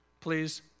please